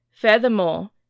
Furthermore